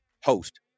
host